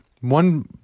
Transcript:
one